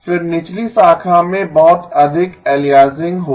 फिर निचली शाखा में बहुत अधिक एलियासिंग होगी